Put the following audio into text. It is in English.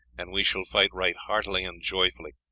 and we shall fight right heartily and joyfully,